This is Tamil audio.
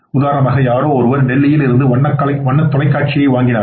உதாரணமாக யாரோஒருவர் டெல்லியில் இருந்து வண்ணத் தொலைக்காட்சி வாங்கினார்